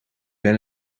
ben